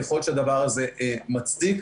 ככל שהדבר הזה מצדיק.